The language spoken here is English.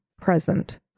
present